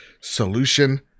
solution